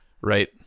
Right